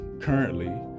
currently